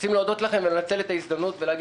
רוצים להודות לכם ולנצל את ההזדמנות ולהגיד